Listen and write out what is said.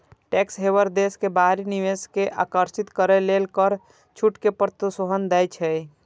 tax haven देश बाहरी निवेश कें आकर्षित करै लेल कर छूट कें प्रोत्साहन दै छै